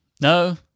no